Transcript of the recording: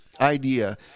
idea